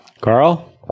Carl